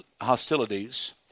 hostilities